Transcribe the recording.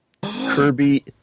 Kirby